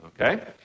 okay